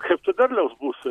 kaip to derliaus bus